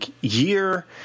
year